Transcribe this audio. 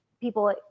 people